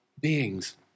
beings